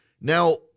Now